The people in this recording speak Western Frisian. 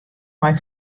mei